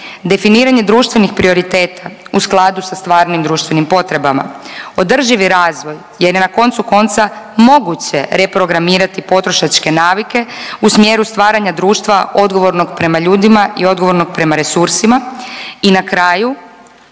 definiranje društvenih prioriteta u skladu sa stvarnim društvenim potrebama, održivi razvoj jer je na koncu konca moguće reprogramirati potrošačke navike u smjeru stvaranja društva odgovornog prema ljudima i odgovornog prema resursima. I na kraju,